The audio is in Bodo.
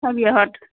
साबिया हर